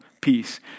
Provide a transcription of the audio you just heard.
peace